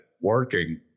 working